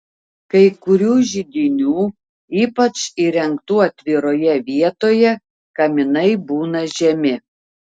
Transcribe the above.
kai kurių židinių ypač įrengtų atviroje vietoje kaminai būna žemi